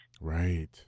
Right